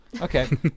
Okay